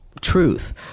truth